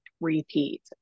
repeat